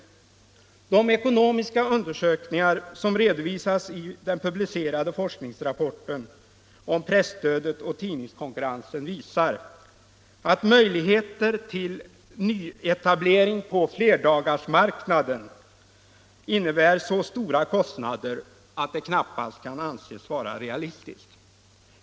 De ekonomiska undersökningar som redovisas i den publicerade forskningsrapporten om presstödet och tidningskonkurrensen visar, att nyetableringar på flerdagarsmarknaden för med sig så stora kostnader att sådana knappast kan anses vara realistiska.